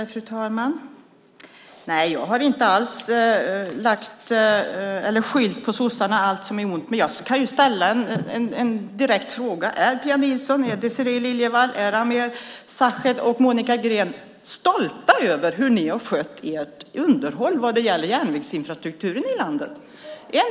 Fru talman! Jag har inte alls skyllt allt som är ont på sossarna, men jag kan ställa en direkt fråga: Är Pia Nilsson, Désirée Liljevall, Ameer Sachet och Monica Green stolta över hur ni har skött underhållet på järnvägsinfrastrukturen i landet?